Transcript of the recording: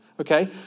Okay